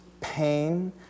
pain